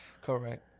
Correct